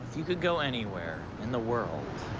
you could go anywhere in the world,